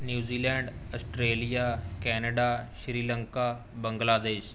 New Zealand Australia Canada Sri Lanka Bangladesh